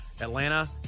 Atlanta